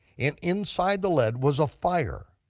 and inside the lead was a fire,